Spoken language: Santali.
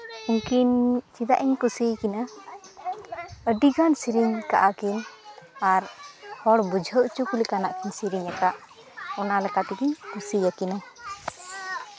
ᱩᱱᱠᱤᱱ ᱪᱮᱫᱟᱜ ᱤᱧ ᱠᱩᱥᱤᱭ ᱠᱤᱱᱟ ᱟᱹᱰᱤᱜᱟᱱ ᱥᱮᱨᱮᱧ ᱠᱟᱜᱼᱟ ᱠᱤᱱ ᱟᱨ ᱦᱚᱲ ᱵᱩᱡᱷᱟᱹᱣ ᱦᱚᱪᱚ ᱠᱚ ᱞᱮᱠᱟᱱᱟᱜ ᱠᱤᱱ ᱥᱮᱨᱮᱧ ᱠᱟᱜ ᱚᱱᱟ ᱞᱮᱠᱟ ᱛᱮᱜᱮ ᱠᱩᱥᱤ ᱟᱹᱠᱤᱱᱟ